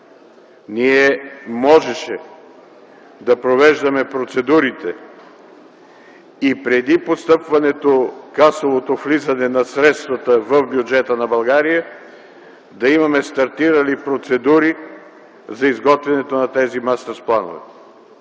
ние можехме да провеждаме процедурите и с касовото постъпване на средствата в бюджета на България да имаме стартирани процедури за изготвянето на тези местерс планове.